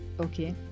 okay